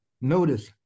Notice